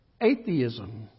Atheism